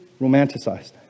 romanticized